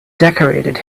decorated